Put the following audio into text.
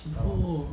oh